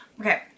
Okay